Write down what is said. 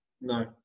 No